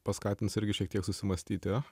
paskatins irgi šiek tiek susimąstyti